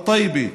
אל-טייבה,